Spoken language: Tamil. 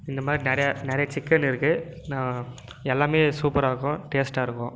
இந்த மாதிரி நிறையா நிறைய சிக்கன் இருக்குது நான் எல்லாமே சூப்பராக இருக்கும் டேஸ்ட்டாக இருக்கும்